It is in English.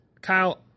Kyle